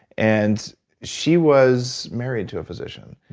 and she was married to a physician.